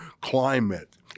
climate